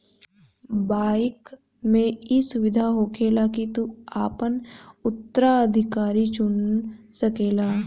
bike मे ई सुविधा होखेला की तू आपन उत्तराधिकारी चुन सकेल